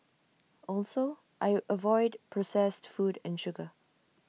also I avoid processed food and sugar